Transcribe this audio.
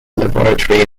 laboratory